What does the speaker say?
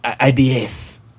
ideas